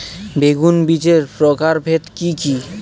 বেগুন বীজের প্রকারভেদ কি কী?